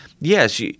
yes